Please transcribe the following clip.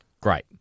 great